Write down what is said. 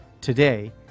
Today